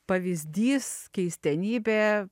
pavyzdys keistenybė